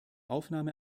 aufnahme